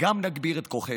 גם נגביר את כוחנו.